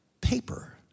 paper